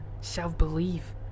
Self-belief